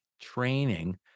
training